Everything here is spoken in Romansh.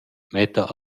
metta